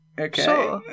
Okay